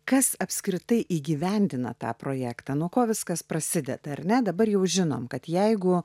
kas apskritai įgyvendina tą projektą nuo ko viskas prasideda ar ne dabar jau žinome kad jeigu